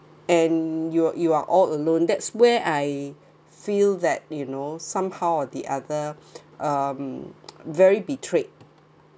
and you're you are all alone that's where I feel that you know somehow the other um very betrayed